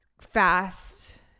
fast